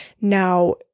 Now